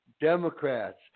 Democrats